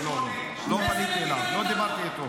לא, לא פניתי אליו, לא דיברתו איתו.